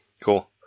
Cool